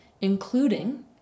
including